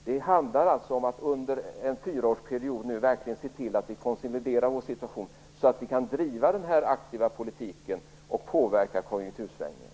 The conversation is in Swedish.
Det handlar alltså om att verkligen se till att vi nu konsoliderar vår situation under en fyraårsperiod, så att vi kan driva en aktiv politik och påverka konjunktursvängningarna.